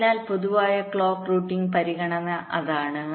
അതിനാൽ പൊതുവായ ക്ലോക്ക് റൂട്ടിംഗിന് പരിഗണന അതാണ്